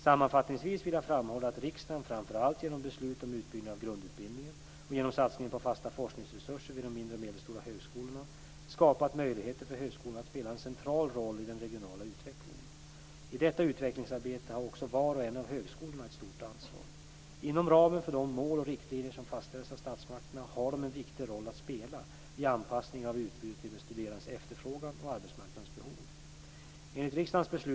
Sammanfattningsvis vill jag framhålla att riksdagen framför allt genom beslut om utbyggnad av grundutbildningen och genom satsningen på fasta forskningsresurser vid de mindre och medelstora högskolorna skapat möjligheter för högskolan att spela en central roll i den regionala utvecklingen. I detta utvecklingsarbete har också var och en av högskolorna ett stort ansvar. Inom ramen för de mål och riktlinjer som fastställts av statsmakterna har de en viktig roll att spela i anpassningen av utbudet till de studerandes efterfrågan och arbetsmarknadens behov. (1992:1434, ändr.